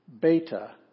Beta